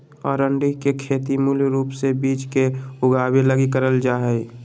अरंडी के खेती मूल रूप से बिज के उगाबे लगी करल जा हइ